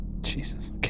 jesus